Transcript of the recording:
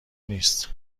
نیست